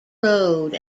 road